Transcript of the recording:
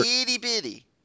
itty-bitty